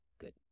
good